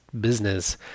business